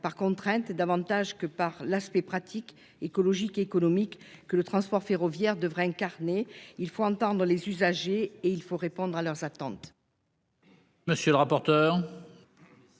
par contrainte, davantage que par l'aspect pratique écologique et économique que le transport ferroviaire devrait incarner. Il faut entendre les usagers et il faut répondre à leurs attentes.--